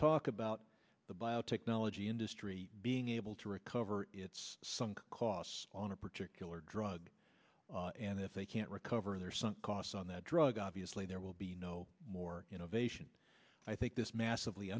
talk about the biotechnology industry being able to recover its sunk costs on a particular drug and if they can't recover their sunk costs on that drug obviously there will be no more innovation i think this massively